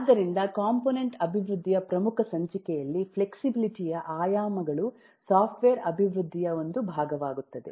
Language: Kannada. ಆದ್ದರಿಂದ ಕಾಂಪೋನೆಂಟ್ ಅಭಿವೃದ್ಧಿಯ ಪ್ರಮುಖ ಸಂಚಿಕೆಯಲ್ಲಿ ಫ್ಲೆಕ್ಸಿಬಿಲಿಟಿ ಯ ಆಯಾಮಗಳು ಸಾಫ್ಟ್ವೇರ್ ಅಭಿವೃದ್ಧಿಯ ಒಂದು ಭಾಗವಾಗುತ್ತವೆ